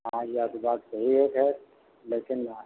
हाँ जी आपकी बात सही है सर लेकिन